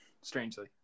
strangely